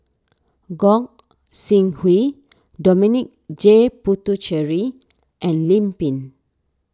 Gog Sing Hooi Dominic J Puthucheary and Lim Pin